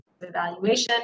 evaluation